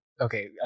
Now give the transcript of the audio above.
okay